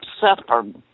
suffered